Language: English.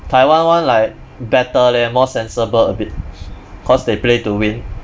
taiwan one like better leh more sensible a bit cause they play to win